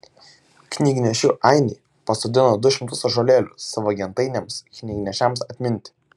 knygnešių ainiai pasodino du šimtus ąžuolėlių savo gentainiams knygnešiams atminti